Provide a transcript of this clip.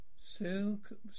Silk